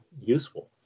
useful